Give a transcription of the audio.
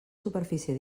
superfície